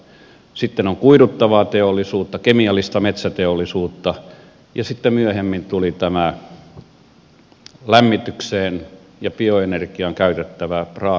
on sahateollisuutta sitten on kuiduttavaa teollisuutta kemiallista metsäteollisuutta ja sitten myöhemmin tuli tämä lämmitykseen ja bioenergiaan käytettävä raaka aine